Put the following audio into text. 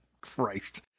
Christ